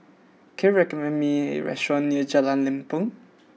can you recommend me a restaurant near Jalan Lempeng